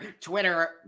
Twitter